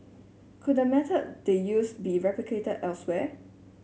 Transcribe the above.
could the method they used be replicated elsewhere